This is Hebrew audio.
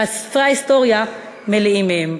וספרי ההיסטוריה מלאים בהם.